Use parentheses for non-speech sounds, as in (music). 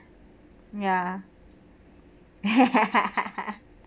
ya (laughs)